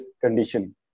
condition